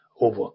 over